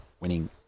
winning